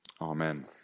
Amen